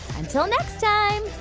until next time,